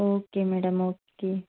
okay okay okay